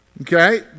Okay